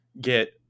get